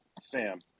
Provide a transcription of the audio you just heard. Sam